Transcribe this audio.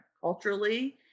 culturally